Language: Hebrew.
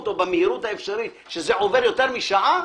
או במהירות האפשרית שזה עובר יותר משעה,